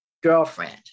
girlfriend